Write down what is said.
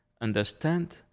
understand